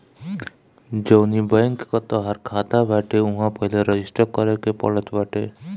जवनी बैंक कअ तोहार खाता बाटे उहवा पहिले रजिस्टर करे के पड़त बाटे